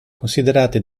considerate